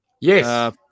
Yes